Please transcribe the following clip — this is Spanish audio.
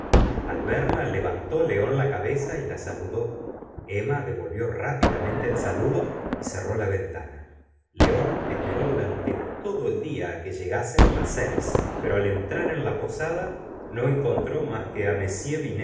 al verla levantó león la cabeza y la saludó emma devolvió rápidamente el saludo y cerró la ventana león esperó durante todo el día que llegasen las seis pero al entrar en la posada no encontró mas que á